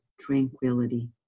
tranquility